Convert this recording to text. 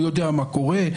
הוא יודע מה קורה.